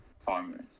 farmers